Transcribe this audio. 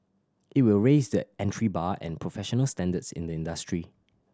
it will raise the entry bar and professional standards in the industry